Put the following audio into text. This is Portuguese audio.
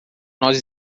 nós